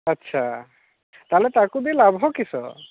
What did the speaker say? ଆଚ୍ଛା ତାହେଲେ ତାକୁ ବି ଲାଭ କିସ